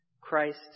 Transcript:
Christ